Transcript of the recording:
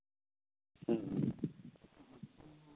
ᱦᱮᱸ